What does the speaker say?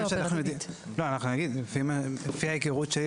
לפי ההיכרות,